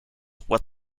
what